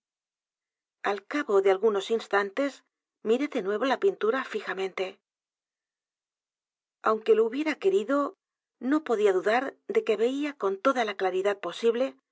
al cabo de algunos instantes miré de nuevo la p i n t u r a fijamente aunque lo hubiera querido no podía dudar de que veía con toda la claridad posible